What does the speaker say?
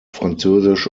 französisch